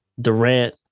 Durant